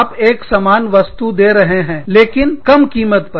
आप एक समान वस्तु दे रहे हो लेकिन कम कीमत पर